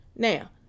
Now